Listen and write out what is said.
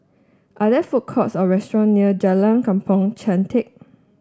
are there food courts or restaurant near Jalan Kampong Chantek